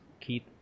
Keith